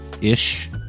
ish